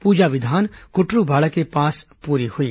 पूजा विधान कुटरू बाड़ा के पास पूरी हुई